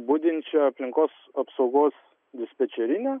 budinčia aplinkos apsaugos dispečerine